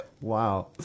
wow